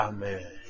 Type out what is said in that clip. Amen